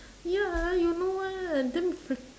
ya you know ah damn freak